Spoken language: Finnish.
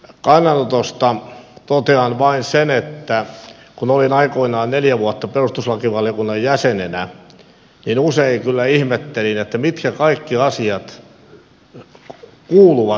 perustuslakivaliokunnan kannanotosta totean vain sen että kun olin aikoinaan neljä vuotta perustuslakivaliokunnan jäsenenä niin usein kyllä ihmettelin mitkä kaikki asiat kuuluvat perustuslain taakse